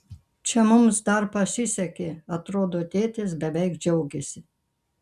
čia mums dar pasisekė atrodo tėtis beveik džiaugėsi